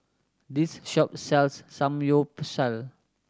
this shop sells Samgyeopsal